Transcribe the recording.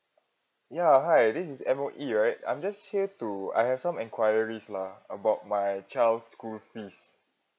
ya hi this is M_O_E right I'm just here to I have some enquiries lah about my child school fees